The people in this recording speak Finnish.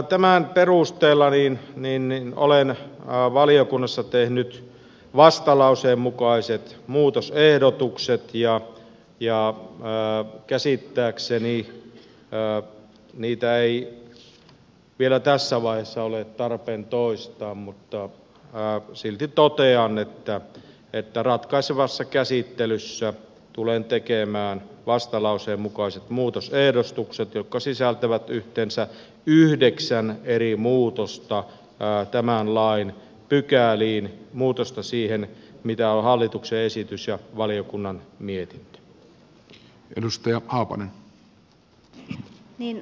tämän perusteella olen valiokunnassa tehnyt vastalauseen mukaiset muutosehdotukset ja käsittääkseni niitä ei vielä tässä vaiheessa ole tarpeen toistaa mutta silti totean että ratkaisevassa käsittelyssä tulen tekemään vastalauseen mukaiset muutosehdotukset jotka sisältävät yhteensä yhdeksän eri muutosta tämän lain pykäliin muutosta siihen mitä ovat hallituksen esitys ja valiokunnan mietintö